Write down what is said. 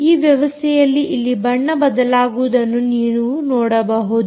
ಈ ವ್ಯವಸ್ಥೆಯಲ್ಲಿ ಇಲ್ಲಿ ಬಣ್ಣ ಬದಲಾಗುವುದನ್ನು ನೀವು ನೋಡಬಹುದು